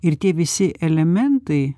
ir tie visi elementai